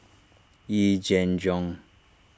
Yee Jenn Jong